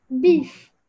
Beef